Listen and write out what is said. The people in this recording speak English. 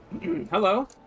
Hello